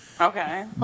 Okay